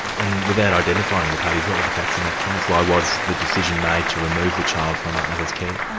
and without identifying the parties, what were the facts in that case? why was the decision made to remove the child from that mother's care?